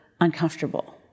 uncomfortable